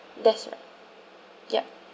that's right yup